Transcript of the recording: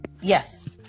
yes